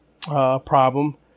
problem